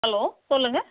hello சொல்லுங்கள்